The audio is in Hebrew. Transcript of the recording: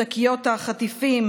שקיות החטיפים,